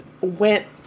went